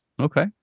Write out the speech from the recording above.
Okay